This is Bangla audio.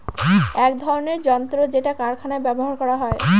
এক ধরনের যন্ত্র যেটা কারখানায় ব্যবহার করা হয়